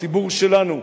הציבור שלנו,